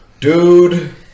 Dude